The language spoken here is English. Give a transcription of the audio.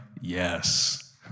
yes